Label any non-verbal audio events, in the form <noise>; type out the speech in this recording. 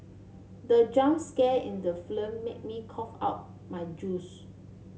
the jump scare in the <unintelligible> made me cough out my juice